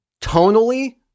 tonally